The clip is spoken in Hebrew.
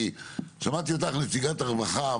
שמעתי אותך נציגת הרווחה,